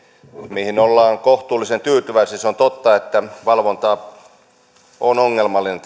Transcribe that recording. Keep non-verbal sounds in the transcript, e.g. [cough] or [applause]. mihin ollaan kohtuullisen tyytyväisiä se se on totta että valvonta on ongelmallista [unintelligible]